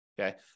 okay